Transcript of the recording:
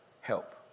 help